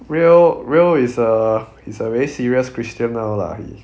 rio rio is a he's a very serious christian now lah he